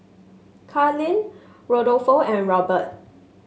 Karlene Rodolfo and Robert